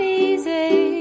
easy